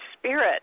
spirit